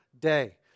day